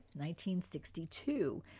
1962